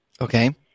Okay